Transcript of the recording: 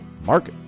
Mark